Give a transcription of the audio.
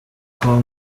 kwa